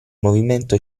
movimento